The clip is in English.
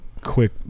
quick